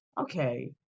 okay